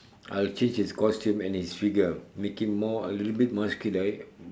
I'll change his costume and his figure make him more a little bit more muscular